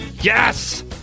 Yes